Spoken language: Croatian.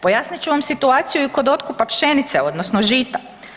Pojasnit ću vam situaciju i kod otkupa pšenice, odnosno žita.